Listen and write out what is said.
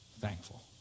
thankful